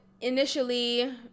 initially